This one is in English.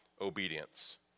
obedience